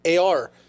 AR